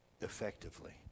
effectively